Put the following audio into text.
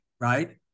right